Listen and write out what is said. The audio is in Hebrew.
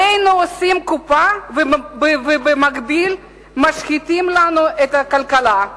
עלינו עושים קופה, ובמקביל משחיתים לנו את הכלכלה.